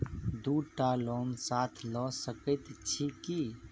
दु टा लोन साथ लऽ सकैत छी की?